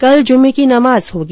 कल जुम्मे की नमाज होगी